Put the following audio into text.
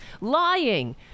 lying